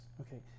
Okay